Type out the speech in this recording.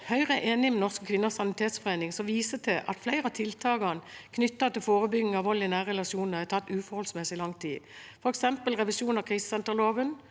Høyre er enig med Norske Kvinners Sanitetsforening, som viser til at flere av tiltakene knyttet til forebygging av vold i nære relasjoner har tatt uforholdsmessig lang tid, f.eks. revisjon av krisesenterloven,